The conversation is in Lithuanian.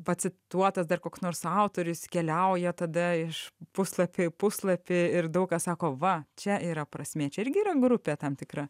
pacituotas dar koks nors autorius keliauja tada iš puslapio į puslapį ir daug kas sako va čia yra prasmė čia irgi yra grupė tam tikra